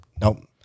Nope